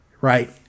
Right